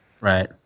right